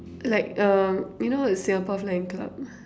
like um you know what is Singapore-flying-club